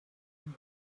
and